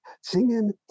singing